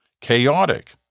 Chaotic